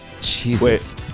Jesus